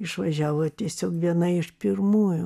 išvažiavo tiesiog viena iš pirmųjų